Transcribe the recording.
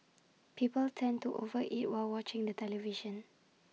people tend to over eat while watching the television